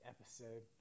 episode